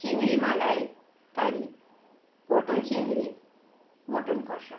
চিংড়ি মালাইকারি পটল চিংড়ি মটন কষা